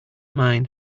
mine